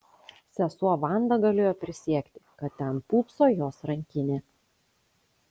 sesuo vanda galėjo prisiekti kad ten pūpso jos rankinė